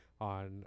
on